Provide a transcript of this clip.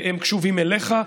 והם קשובים אליך.